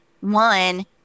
One